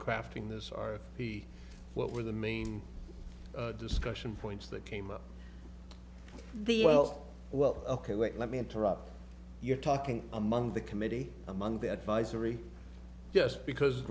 crafting this are the what were the main discussion points that came up the well well ok let me interrupt you talking among the committee among the advisory yes because